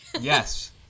Yes